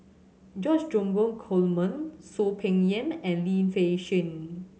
George Dromgold Coleman Soon Peng Yam and Lim Fei Shen